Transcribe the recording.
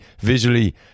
visually